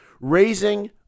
raising